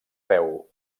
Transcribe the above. veu